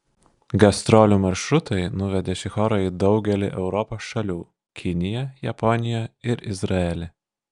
gastrolių maršrutai nuvedė šį chorą į daugelį europos šalių kiniją japoniją ir izraelį